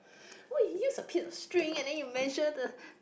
why you use a piece of string and then you measure the